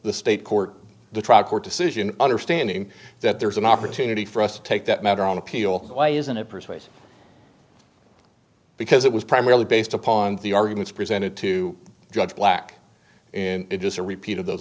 the state court the trial court decision understanding that there's an opportunity for us to take that matter on appeal why isn't it persuasive because it was primarily based upon the arguments presented to judge black and it is a repeat of those